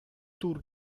tour